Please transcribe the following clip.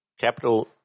capital